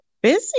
busy